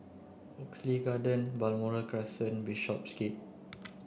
Oxley Garden Balmoral Crescent Bishopsgate